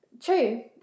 True